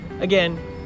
again